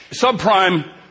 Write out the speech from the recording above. Subprime